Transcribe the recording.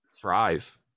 thrive